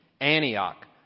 Antioch